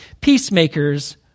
Peacemakers